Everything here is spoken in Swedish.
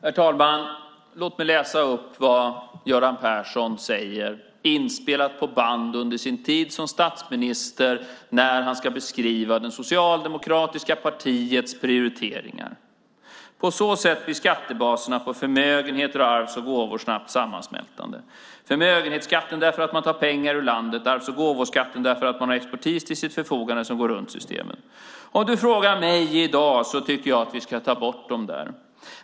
Herr talman! Låt mig läsa upp vad Göran Persson säger under sin tid som statsminister när han ska beskriva det socialdemokratiska partiets prioriteringar. Det finns inspelat på band. Han säger: På så sätt blir skattebaserna på förmögenheter, arv och gåvor snabbt sammansmältande. Förmögenhetsskatten blir det därför att man tar pengar ur landet och arvs och gåvoskatten därför att man har expertis till sitt förfogande som går runt systemen. Om du frågar mig i dag så tycker jag att vi ska ta bort de där.